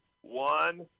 one